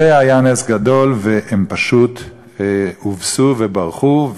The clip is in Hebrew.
והיה נס גדול והם פשוט הובסו וברחו.